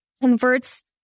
converts